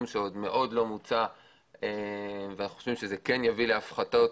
שעדיין לא מוצה ואנחנו חושבים שזה יביא להפחתות,